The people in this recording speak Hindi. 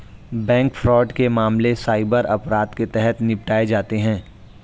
बैंक फ्रॉड के मामले साइबर अपराध के तहत निपटाए जाते हैं